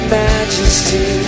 majesty